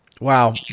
Wow